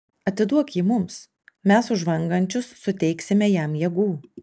atiduok jį mums mes už žvangančius suteiksime jam jėgų